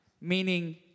Meaning